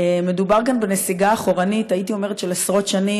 הייתי אומרת שמדובר גם בנסיגה של עשרות שנים